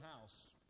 house